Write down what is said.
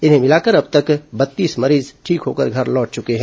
इन्हें भिलाकर अब तक बत्तीस मरीज ठीक होकर घर लौट चुके हैं